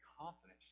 confidence